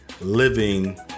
living